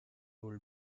would